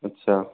अच्छा